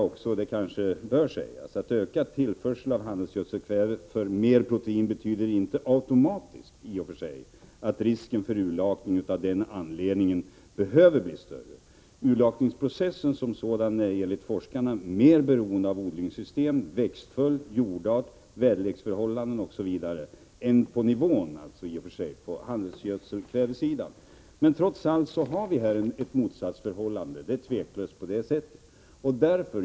Det bör kanske också sägas att ökad tillförsel av handelsgödsel kväve. Det finns trots allt ett motsatsförhållande på detta område.